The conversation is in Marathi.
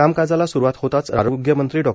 कामकाजाला स्रुवात होताच आरोग्य मंत्री डॉ